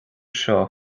seo